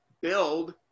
build